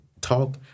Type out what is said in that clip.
talk